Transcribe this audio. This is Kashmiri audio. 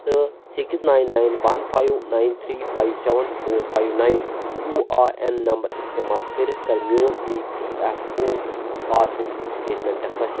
تہٕ six nine nine one five nine three five seven four five nine U A N number استعمال کٔرِتھ کر میٛون E P F O passbook statement حٲصِل